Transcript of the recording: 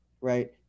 right